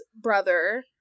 brother